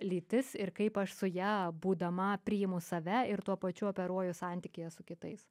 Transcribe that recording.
lytis ir kaip aš su ja būdama priimu save ir tuo pačiu operuoju santykyje su kitais